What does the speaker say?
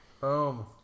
Boom